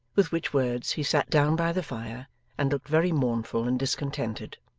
with which words, he sat down by the fire and looked very mournful and discontented.